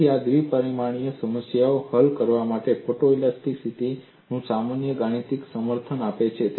તેથી આ દ્વિ પરિમાણીય સમસ્યાઓ હલ કરવા માટે ફોટોલિસ્ટીસીટીની માન્યતાનું ગાણિતિક સમર્થન આપે છે